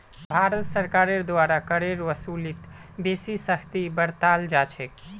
भारत सरकारेर द्वारा करेर वसूलीत बेसी सख्ती बरताल जा छेक